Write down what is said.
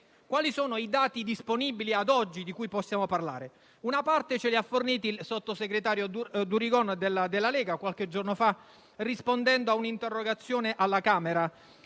Quali sono ad oggi i dati disponibili di cui possiamo parlare? Una parte ci è stata fornita dal sottosegretario Durigon, della Lega, qualche giorno fa, rispondendo a un'interrogazione alla Camera.